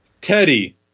Teddy